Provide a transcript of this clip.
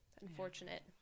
unfortunate